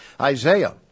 Isaiah